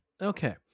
Okay